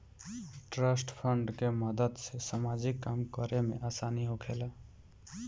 trust fund के मदद से सामाजिक काम करे में आसानी होखेला